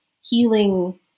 healing